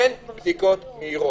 אין בדיקות מהירות.